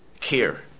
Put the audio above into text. care